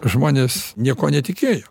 žmonės niekuo netikėjo